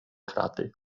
kraty